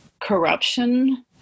corruption